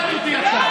הפחדת אותי עכשיו.